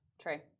True